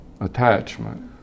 attachment